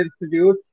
institute